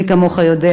מי כמוך יודע.